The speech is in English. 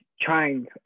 trying